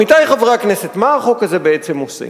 עמיתי חברי הכנסת, מה החוק הזה בעצם עושה?